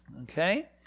Okay